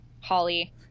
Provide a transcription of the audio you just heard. Holly